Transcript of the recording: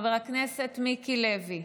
חבר הכנסת מיקי לוי,